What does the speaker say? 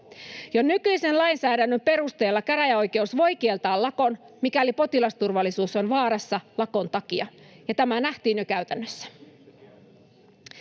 Jo nykyisen lainsäädännön perusteella käräjäoikeus voi kieltää lakon, mikäli potilasturvallisuus on vaarassa lakon takia, ja tämä nähtiin jo käytännössä.